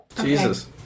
Jesus